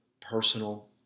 personal